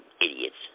idiots